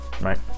right